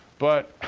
but.